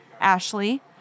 Ashley